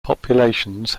populations